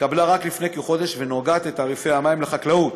התקבלה רק לפני כחודש ונוגעת לתעריפי המים לחקלאות.